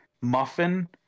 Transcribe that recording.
muffin